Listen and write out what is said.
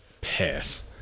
piss